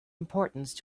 importance